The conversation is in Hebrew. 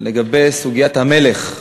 לגבי סוגיית המלך,